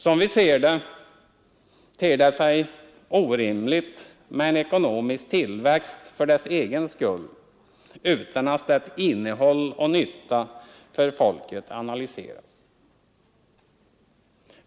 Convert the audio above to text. Som vi ser det ter det sig orimligt med en ekonomisk tillväxt för dess egen skull utan att dess innehåll och nytta för folket analyseras.